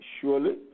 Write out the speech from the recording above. Surely